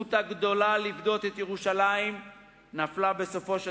הזכות הגדולה לפדות את ירושלים נפלה בסופו של